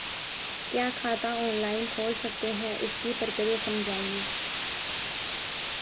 क्या खाता ऑनलाइन खोल सकते हैं इसकी प्रक्रिया समझाइए?